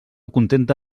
contenta